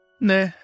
Nah